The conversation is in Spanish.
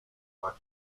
max